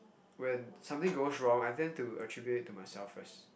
when something goes wrong I tend to attribute it to myself first